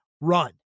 run